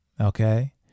Okay